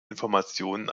informationen